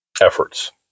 efforts